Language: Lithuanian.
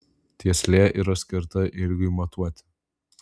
tieslė yra skirta ilgiui matuoti